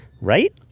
right